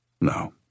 No